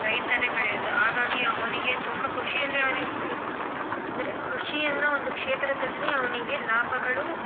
ರೈತನೇ ಬೆಳೆಯೋದು ಹಾಗಾಗಿ ಅವನಿಗೆ ತುಂಬ ಕೃಷಿಯಲ್ಲಿ ಅವ್ನಿಗೆ ಕ್ ಅಂದರೆ ಕೃಷಿಯನ್ನೋ ಒಂದು ಕ್ಷೇತ್ರದಲ್ಲಿ ಅವನಿಗೆ ಲಾಭಗಳು